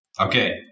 Okay